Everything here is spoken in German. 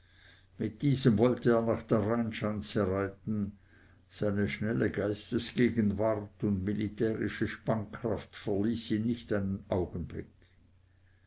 mit diesem wollte er nach der rheinschanze reiten seine schnelle geistesgegenwart und militärische spannkraft verließ ihn nicht einen augenblick